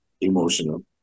emotional